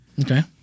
Okay